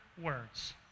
words